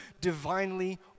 divinely